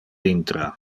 intra